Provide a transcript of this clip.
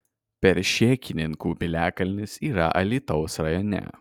peršėkininkų piliakalnis yra alytaus rajone